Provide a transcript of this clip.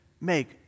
make